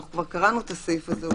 כבר קראנו את הסעיף הזה.